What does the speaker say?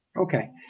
Okay